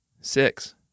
Six